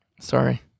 Sorry